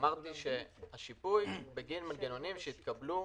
אמרתי שהשיפוי הוא בגין מנגנונים מיוחדים שהתקבלו